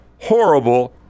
horrible